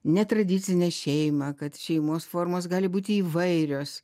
netradicinę šeimą kad šeimos formos gali būti įvairios